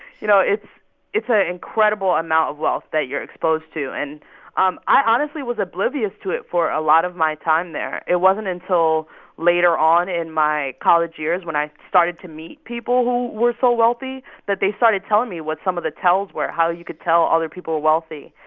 you know, it's an ah incredible amount of wealth that you're exposed to and um i honestly was oblivious to it for a lot of my time there. it wasn't until later on in my college years, when i started to meet people who were so wealthy, that they started telling me what some of the tells were, how you could tell other people were wealthy.